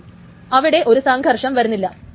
അപ്പോൾ അവിടെ ഒരു സംഘർഷം വരുന്നില്ല